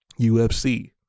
UFC